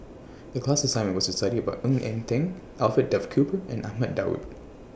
The class assignment was to study about Ng Eng Teng Alfred Duff Cooper and Ahmad Daud